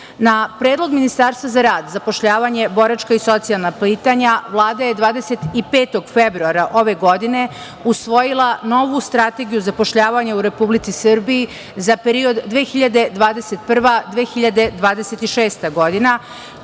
Predlog Ministarstva za rad, zapošljavanje, boračka i socijalna pitanja Vlada je 25. februara ove godine usvojila novu strategiju zapošljavanja u Republici Srbiji za period 2021/2026. godina,